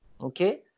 okay